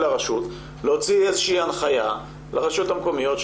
הרשות להוציא הנחיה לרשויות המקומיות,